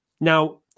Now